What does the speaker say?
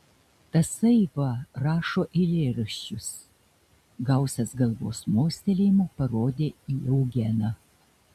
tasai va rašo eilėraščius gausas galvos mostelėjimu parodė į eugeną